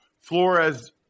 Flores